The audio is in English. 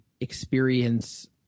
experience